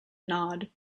nod